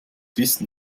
wissen